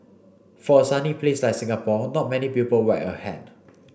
for a sunny place like Singapore not many people wear a hat